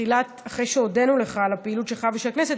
אחרי שהודנו לך על הפעילות שלך ושל הכנסת